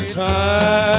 time